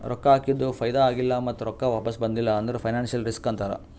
ರೊಕ್ಕಾ ಹಾಕಿದು ಫೈದಾ ಆಗಿಲ್ಲ ಮತ್ತ ರೊಕ್ಕಾ ವಾಪಿಸ್ ಬಂದಿಲ್ಲ ಅಂದುರ್ ಫೈನಾನ್ಸಿಯಲ್ ರಿಸ್ಕ್ ಅಂತಾರ್